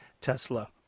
Tesla